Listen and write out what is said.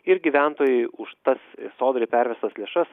ir gyventojai už tas sodrai pervestos lėšos